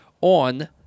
on